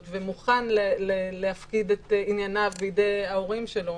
ומוכן להפקיד את ענייניו בידי ההורים שלו,